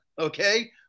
okay